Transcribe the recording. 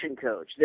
coach